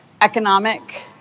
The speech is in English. economic